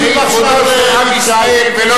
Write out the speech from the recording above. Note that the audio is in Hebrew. הוא משיב עכשיו לאלי ישי ולגפני.